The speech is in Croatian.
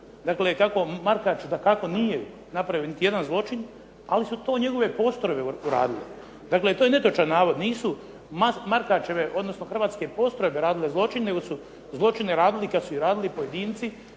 kako Markač, dakako, nije napravio niti jedan zločin, ali su to njegove postrojbe uradile. Dakle, to je netočan navod nisu Markačeve, odnosno hrvatske postrojbe radile zločin, nego su zločine radili pojedinci